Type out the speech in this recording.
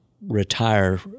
retire